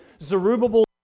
Zerubbabel